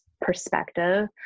perspective